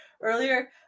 earlier